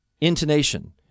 intonation